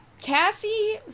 Cassie